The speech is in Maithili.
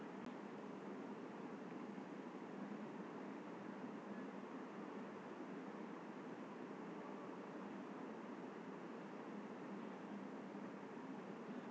देशक अर्थव्यवस्थामे समष्टि अर्थशास्त्रक बड़ पैघ योगदान रहैत छै